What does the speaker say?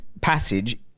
passage